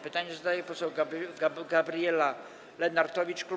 Pytanie zadaje poseł Gabriela Lenartowicz, klub